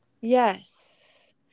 Yes